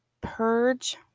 purge